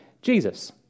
Jesus